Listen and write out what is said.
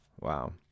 Wow